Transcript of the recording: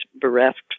bereft